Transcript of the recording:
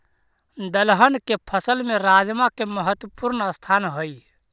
दलहन के फसल में राजमा के महत्वपूर्ण स्थान हइ